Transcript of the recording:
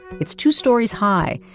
it's two stories high.